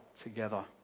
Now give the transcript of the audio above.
together